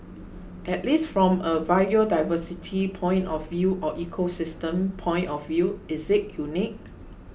at least from a biodiversity point of view or ecosystem point of view is it unique